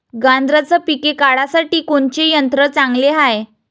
गांजराचं पिके काढासाठी कोनचे यंत्र चांगले हाय?